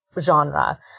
genre